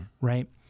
right